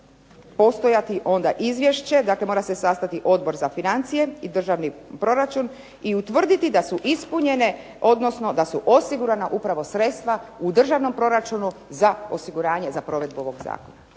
postojati onda izvješće. Dakle, mora se sastati Odbor za financije i državni proračun i utvrditi da su ispunjene, odnosno da su osigurana upravo sredstva u državnom proračunu za osiguranje za provedbu ovog zakona,